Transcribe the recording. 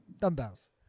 dumbbells